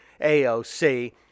AOC